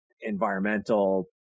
environmental